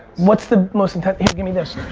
what's the most intense? here give me this.